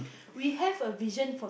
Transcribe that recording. we have a vision